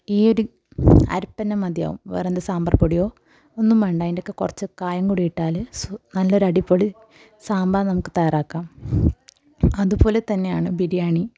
ഈ ഒരു അരപ്പ് തന്നെ മതിയാവും വേറെ ഒരു സാമ്പാർ പൊടിയോ ഒന്നും വേണ്ട അതിൻ്റക്ക കുറച്ച് കായം കൂടി ഇട്ടാൽ നല്ല ഒരു അടിപൊളി സാമ്പാർ നമുക്ക് തയ്യാറാക്കാം അതുപോലെ തന്നെയാണ് ബിരിയാണി